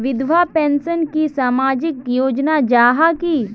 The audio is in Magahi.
विधवा पेंशन की सामाजिक योजना जाहा की?